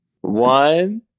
One